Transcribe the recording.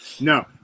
No